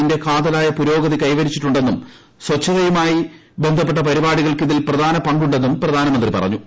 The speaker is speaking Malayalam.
ഇന്ത്യ കാതലായ ബന്ധപ്പെട്ട കൈവരിച്ചിട്ടുണ്ടെന്നും സ്വച്ഛതയുമായി പുരോഗതി പരിപാടികൾക്ക് ഇതിൽ പ്രധാന പങ്കുണ്ടെന്നും പ്രധാനമന്ത്രി പറഞ്ഞു